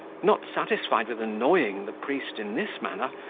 not satisfied with annoying the priest in this manner,